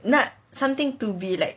not something to be like